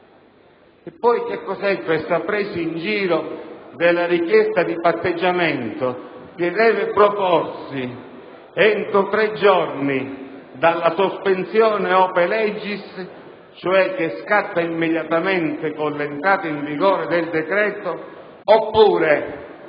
è poi questa presa in giro della richiesta di patteggiamento che deve proporsi entro tre giorni dalla sospensione *ope legis* (che scatta, cioè, immediatamente con l'entrata in vigore del decreto) oppure